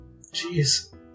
Jeez